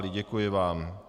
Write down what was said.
Děkuji vám.